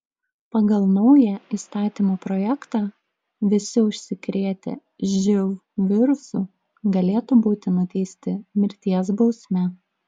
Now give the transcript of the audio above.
pagal naują įstatymo projektą visi užsikrėtę živ virusu galėtų būti nuteisti mirties bausme